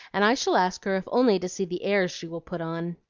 and i shall ask her if only to see the airs she will put on.